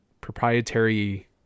proprietary